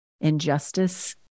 injustice